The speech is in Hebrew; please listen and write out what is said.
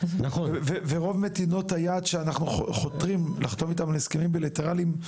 ורוב מדינות היעד שאנחנו חותרים לחתום איתן על הסכמים בילטרליים,